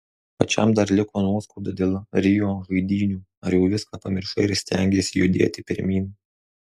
pačiam dar liko nuoskauda dėl rio žaidynių ar jau viską pamiršai ir stengiesi judėti pirmyn